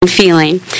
feeling